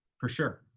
for sure.